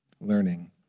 learning